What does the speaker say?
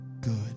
good